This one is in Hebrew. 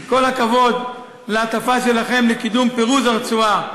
עם כל הכבוד להטפה שלכם לקידום פירוז הרצועה,